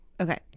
Okay